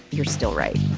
you're still right